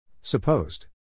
Supposed